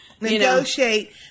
Negotiate